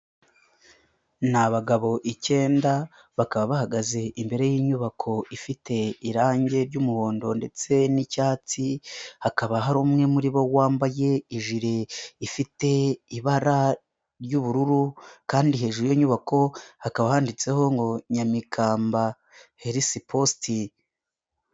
Ni abagabo ikenda bakaba bahagaze imbere y'inyubako ifite irangi ry'umuhondo ndetse n'icyatsi, hakaba hari umwe muri bo wambaye ijire ifite ibara ry'ubururu, kandi hejuru y'inyubako hakaba handitseho ngo Nyamikamba Health Post.